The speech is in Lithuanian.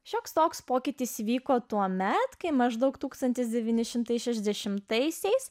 šioks toks pokytis įvyko tuomet kai maždaug tūkstantis devyni šimtai šešiasdešimtaisiais